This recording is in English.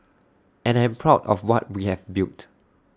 and I'm proud of what we have built